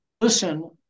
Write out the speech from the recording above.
listen